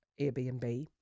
Airbnb